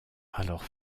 alors